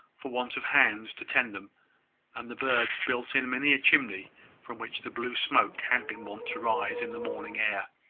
for want of hands to tend them and the birds built in many a chimney from which the blue smoke had been wont to rise in the morning air.